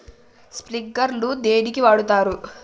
Sprinkler ను దేనికి వాడుతరు?